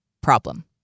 problem